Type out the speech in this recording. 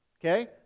okay